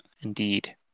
indeed